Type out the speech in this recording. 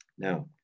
Now